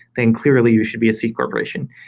then clearly you should be c-corporation,